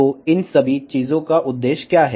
तो इन सभी चीजों का उद्देश्य क्या है